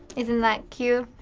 isn't that cute?